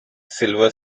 silver